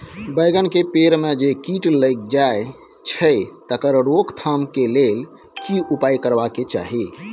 बैंगन के पेड़ म जे कीट लग जाय छै तकर रोक थाम के लेल की उपाय करबा के चाही?